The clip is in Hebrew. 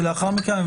ולאחר מכן,